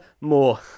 more